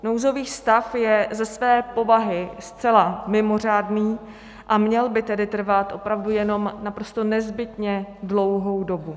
Nouzový stav je ze své povahy zcela mimořádný, a měl by tedy trvat opravdu jenom naprosto nezbytně dlouhou dobu.